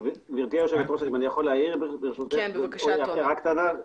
גברתי, ברשותך, אם אני יכול להעיר הערה קטנה.